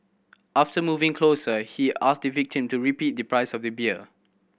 after moving closer he asked the victim to repeat the price of the beer